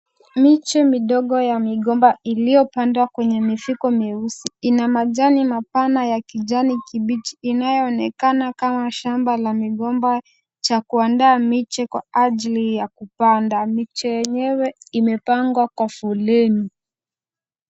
Miche midogo ya migomba iliopandwa kwenye mifuko mieusi. Ina majani mapana ya kijani kibichi yanayoonekana kama shamba la migomba ya kuandaa miche kwa ajili ya kupanda. Miche yenyewe imepangwa kwa foleni.